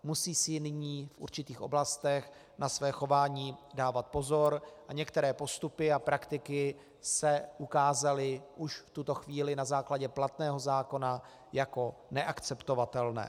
Musí si nyní v určitých oblastech na své chování dávat pozor a některé postupy a praktiky se ukázaly už v tuto chvíli na základě platného zákona jako neakceptovatelné.